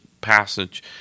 passage